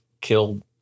killed